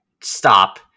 stop